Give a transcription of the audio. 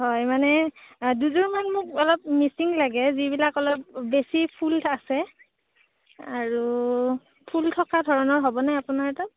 হয় মানে দুযোৰমান মোক অলপ মিচিং লাগে যিবিলাক অলপ বেছি ফুল আছে আৰু ফুল থকা ধৰণৰ হ'বনে আপোনাৰ তাত